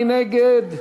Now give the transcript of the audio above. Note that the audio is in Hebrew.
מי נגד?